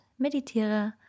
meditiere